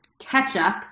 ketchup